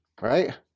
right